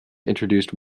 introduced